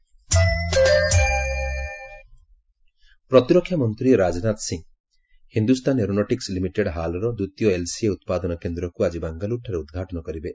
defence minister ପ୍ରତିରକ୍ଷାମନ୍ତ୍ରୀ Rajnath Singh Hindustan aeronautics limited ହାଲ୍ର ଦ୍ୱିତୀୟ ଏଲ୍ସିଏ ଉତ୍ପାଦନ କେନ୍ଦ୍ରକୁ ଆଜି ବାଙ୍ଗାଲୁରୁଠାରେ ଉଦ୍ଘାଟନ କରିବେ